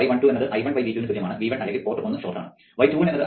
y12 എന്നത് I1V2 ന് തുല്യമാണ് V1 അല്ലെങ്കിൽ പോർട്ട് ഒന്ന് ഷോർട്ട് ആണ്